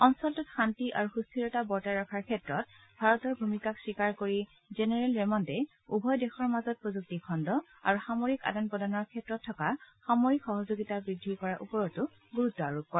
অঞ্চলটোত শান্তি আৰু সুস্থিৰতা বৰ্তাই ৰখাৰ ক্ষেত্ৰত ভাৰতৰ ভূমিকাক স্বীকাৰ কৰি জেনেৰেল ৰেমণ্ডক উভয় দেশৰ মাজত প্ৰযুক্তি খণ্ড আৰু সামৰিক আদান প্ৰদানৰ ক্ষেত্ৰত থকা সামৰিক সহযোগিতা বৃদ্ধি কৰাৰ ওপৰত গুৰুত্ব আৰোপ কৰে